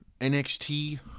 NXT